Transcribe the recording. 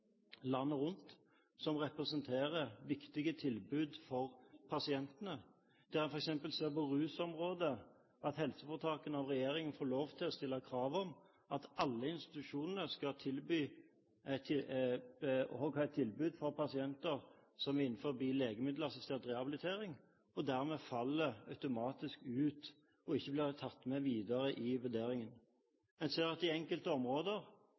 landet rundt som representerer viktige tilbud for pasientene. En ser f.eks. på rusområdet at helseforetakene av regjeringen får lov til å stille krav om at alle institusjonene òg skal ha et tilbud for pasienter som er innenfor legemiddelassistert rehabilitering. Dermed faller de automatisk ut og blir ikke tatt med videre i vurderingen. En ser at i enkelte områder,